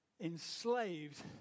enslaved